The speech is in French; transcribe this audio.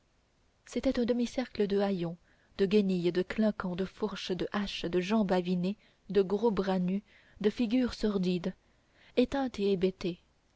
c'était un demi-cercle de haillons de guenilles de clinquant de fourches de haches de jambes avinées de gros bras nus de figures sordides